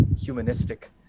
humanistic